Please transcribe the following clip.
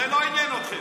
זה לא עניין אתכם.